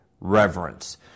reverence